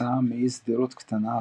כתוצאה מאי סדירות קטנה אחרת,